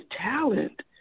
talent